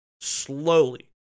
Slowly